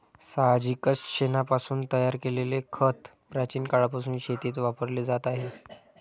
साहजिकच शेणापासून तयार केलेले खत प्राचीन काळापासून शेतीत वापरले जात आहे